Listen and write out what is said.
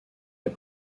est